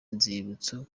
nzibutso